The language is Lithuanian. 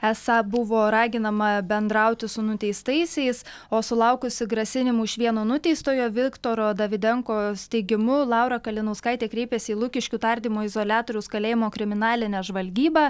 esą buvo raginama bendrauti su nuteistaisiais o sulaukusi grasinimų iš vieno nuteistojo viktoro davidenkos teigimu laura kalinauskaitė kreipėsi į lukiškių tardymo izoliatoriaus kalėjimo kriminalinę žvalgybą